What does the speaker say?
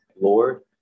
Lord